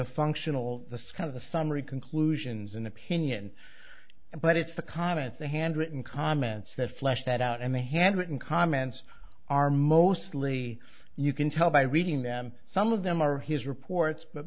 the functional the scope of the summary conclusions and opinion but it's the comments the handwritten comments that flesh that out and the handwritten comments are mostly you can tell by reading them some of them are his reports but